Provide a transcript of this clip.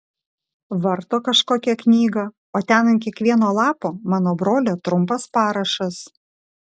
varto kažkokią knygą o ten ant kiekvieno lapo mano brolio trumpas parašas